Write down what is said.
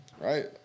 Right